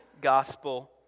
gospel